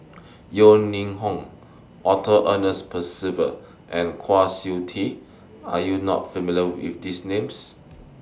Yeo Ning Hong Arthur Ernest Percival and Kwa Siew Tee Are YOU not familiar with These Names